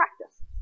practice